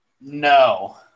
No